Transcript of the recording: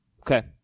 Okay